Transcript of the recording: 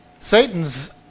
Satan's